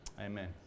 Amen